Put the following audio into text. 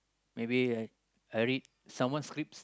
maybe I I read someone's script